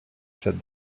said